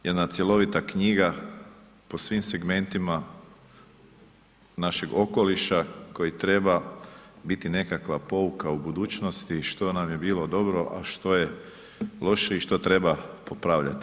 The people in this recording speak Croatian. Jedna cjelovita knjiga po svim segmentima našeg okoliša koji treba biti nekakva pouka u budućnosti, što nam je bilo dobro, a što je loše i što treba popravljati.